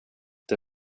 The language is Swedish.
det